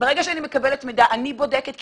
ברגע שאני מקבלת מידע אני בודקת אותו.